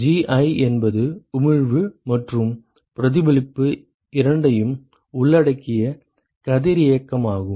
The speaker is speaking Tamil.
Gi என்பது உமிழ்வு மற்றும் பிரதிபலிப்பு இரண்டையும் உள்ளடக்கிய கதிரியக்கமாகும்